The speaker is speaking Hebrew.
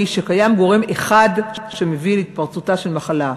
שקיים גורם אחד שמביא להתפרצותה של המחלה.